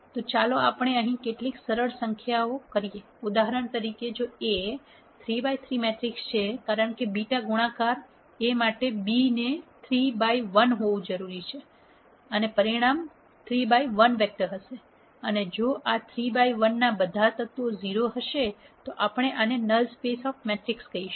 તો ચાલો આપણે અહીં કેટલીક સરળ સંખ્યાઓ કરીએ ઉદાહરણ તરીકે જો A એ 3 by 3 મેટ્રિક્સ છે કારણ કે β ગુણાકાર A માટે B ને 3 by ૧ હોવું જરૂરી છે અને પરિણામ 3 by 1 વેક્ટર હશે અને જો આ 3 by 1 ના બધા તત્વો 0 હશે તો આપણે આને નલ સ્પેસ ઓફ મેટ્રિક્સ કહીશું